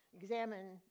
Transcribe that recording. examine